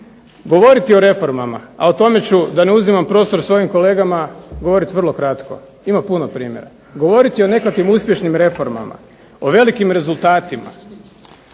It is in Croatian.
govoriti o reformama, a o tome ću da ne uzimam prostor svojim kolegama govoriti vrlo kratko. Ima puno primjera. Govoriti o nekakvim uspješnim reformama, o velikim rezultatima,